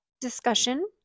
discussion